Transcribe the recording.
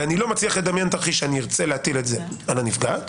אני לא מצליח לדמיין תרחיש שאני ארצה להטיל את זה על הנפגעת.